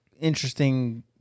interesting